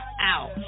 out